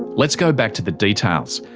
let's go back to the details.